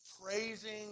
Praising